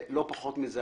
ולא פחות מזה,